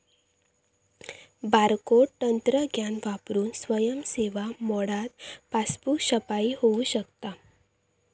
barcode तंत्रज्ञान वापरून स्वयं सेवा मोडात पासबुक छपाई होऊ शकता